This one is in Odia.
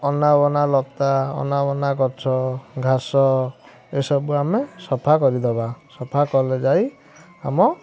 ଅନାବନା ଲତା ଅନାବନା ଗଛ ଘାସ ଏସବୁ ଆମେ ସଫା କରିଦେବା ସଫା କଲେ ଯାଇ ଆମ